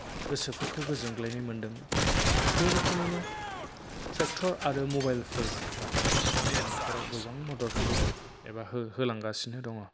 गोसोफोरखौ गोजोनग्लायनाय मोन्दों बे रोखोमैनो ट्रेक्टर आरो मबाइलफोरा आंनि न'खराव गोबां मदद होबोदों एबा होलांगासिनो दङ'